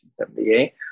1978